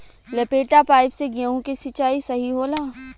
लपेटा पाइप से गेहूँ के सिचाई सही होला?